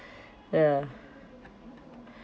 ya